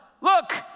Look